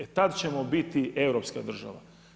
E, tada ćemo biti europska država.